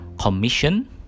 commission